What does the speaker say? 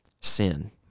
sin